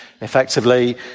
effectively